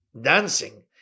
dancing